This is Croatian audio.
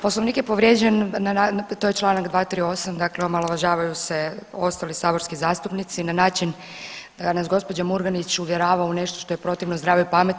Poslovnik je povrijeđen to je čl. 238. dakle omalovažavaju se ostali saborski zastupnici na način da nas gospođa Murganić uvjerava u nešto što je protivno zdravoj pameti.